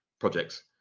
projects